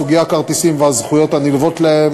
סוגי כרטיסים והזכויות הנלוות להם,